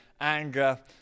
anger